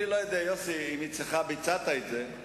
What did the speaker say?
אני אמרתי לך שאני לא בטוח שהתפקיד הוא בגודל הנכון,